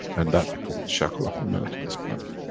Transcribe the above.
and that become the shackle of the man to this planet.